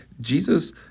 Jesus